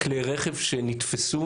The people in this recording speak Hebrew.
כלי רכב שנתפסו,